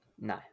no